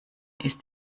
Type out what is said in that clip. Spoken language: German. ist